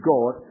God